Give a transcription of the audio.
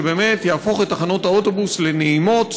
שבאמת יהפוך את תחנות האוטובוס לנעימות,